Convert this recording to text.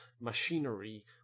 machinery